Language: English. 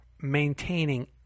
maintaining